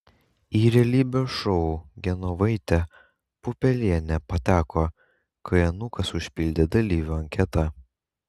į realybės šou genovaitė pupelienė pateko kai anūkas užpildė dalyvių anketą